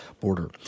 border